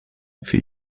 für